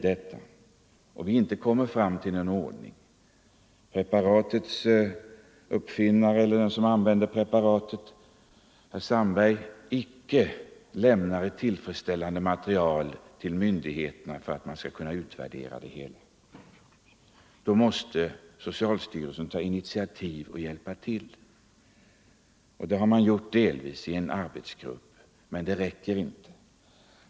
Med tanke på att THX-preparatets användare, dr Sandberg, icke lämnar ett tillfredsställande material till myndigheterna för utvärdering av preparatet måste socialstyrelsen ta initiativ till en sådan. Det har man delvis gjort genom tillsättandet av en arbetsgrupp, men det räcker inte.